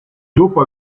dopo